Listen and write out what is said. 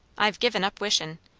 i've given up wishin'.